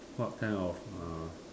what kind of ah